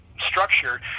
structure